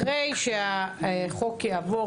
אחרי שהחוק יעבור,